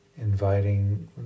inviting